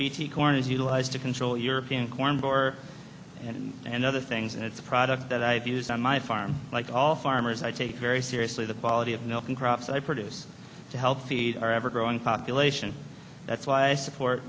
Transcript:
bt corn is utilized to control european corn bore and and other things and it's a product that i have used on my farm like all farmers i take very seriously the quality of milk and crops i produce to help feed our ever growing population that's why i support